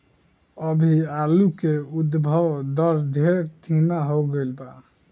अभी आलू के उद्भव दर ढेर धीमा हो गईल बा